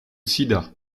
sida